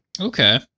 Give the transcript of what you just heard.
Okay